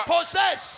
Possess